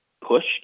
pushed